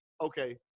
okay